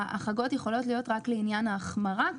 ההחרגות יכולות להיות רק לעניין ההחמרה.